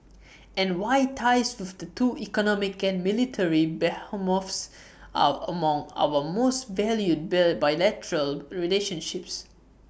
and why ties with the two economic and military behemoths are among our most valued bilateral relationships